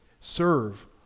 Serve